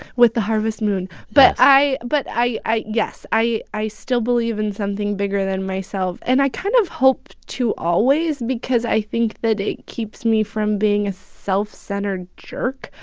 with the harvest moon but yes but i i yes. i i still believe in something bigger than myself, and i kind of hope to always because i think that it keeps me from being a self-centered jerk.